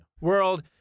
world